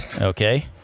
okay